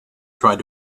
tried